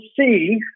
see